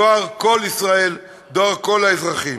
דואר כל ישראל, דואר כל האזרחים.